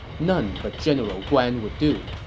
none but general guan would do.